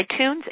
iTunes